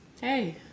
hey